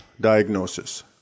diagnosis